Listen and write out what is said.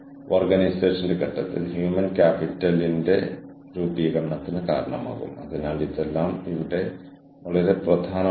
തുടർന്ന് നിങ്ങളുടെ സ്വന്തം സ്ഥാപനത്തിൽ തന്നെ ആ കഴിവുകൾ നിർമ്മിക്കാൻ ശ്രമിക്കുന്നു